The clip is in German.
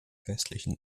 westlichen